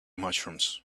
mushrooms